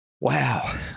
Wow